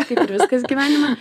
kaip ir viskas gyvenime